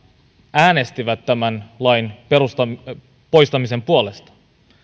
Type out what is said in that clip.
äänesti tämän lain poistamisen puolesta